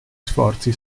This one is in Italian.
sforzi